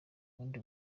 ubundi